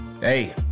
hey